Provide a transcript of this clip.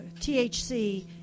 THC